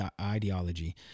ideology